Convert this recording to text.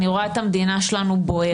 אני רואה את המדינה שלנו בוערת.